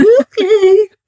Okay